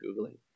googling